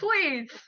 please